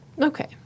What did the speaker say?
Okay